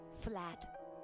Flat